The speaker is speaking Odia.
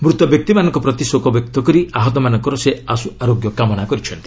ମୃତ ବ୍ୟକ୍ତିମାନଙ୍କ ପ୍ରତି ଶୋକ ବ୍ୟକ୍ତ କରି ଆହତମାନଙ୍କର ସେ ଆଶୁ ଆରୋଗ୍ୟ କାମନା କରିଛନ୍ତି